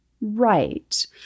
Right